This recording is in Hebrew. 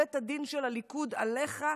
בית הדין של הליכוד עליך,